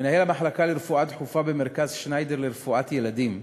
מנהל המחלקה לרפואה דחופה במרכז שניידר לרפואת ילדים,